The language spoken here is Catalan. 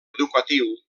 educatiu